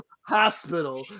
hospital